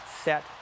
set